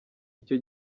icyo